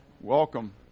Welcome